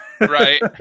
Right